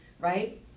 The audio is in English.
right